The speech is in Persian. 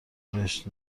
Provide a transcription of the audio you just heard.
بهش